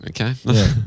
okay